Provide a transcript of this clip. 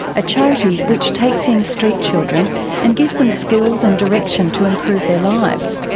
a charity which takes in street children and gives them skills and direction to improve their lives.